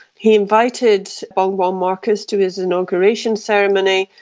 he invited bongbong marcos to his inauguration ceremony.